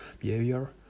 behavior